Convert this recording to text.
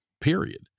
Period